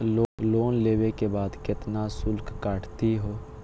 Loan लेवे के बाद केतना शुल्क कटतही हो?